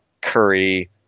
Curry